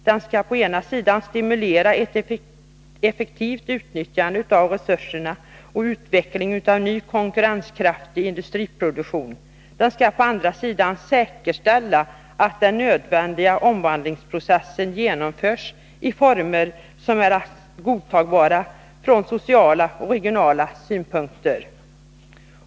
Den skall å ena sidan stimulera ett effektivt utnyttjande av resurserna och utveckling av ny konkurrenskraftig industriproduktion. Den skall å andra sidan säkerställa att den nödvändiga omvandlingsprocessen genomförs i former som är godtagbara från sociala och regionala synpunkter.